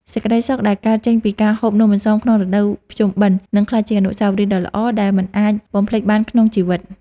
សេចក្ដីសុខដែលកើតចេញពីការហូបនំអន្សមក្នុងរដូវភ្ជុំបិណ្ឌនឹងក្លាយជាអនុស្សាវរីយ៍ដ៏ល្អដែលមិនអាចបំភ្លេចបានក្នុងជីវិត។